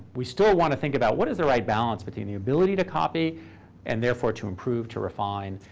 we still want to think about what is the right balance between the ability to copy and therefore to improve, to refine,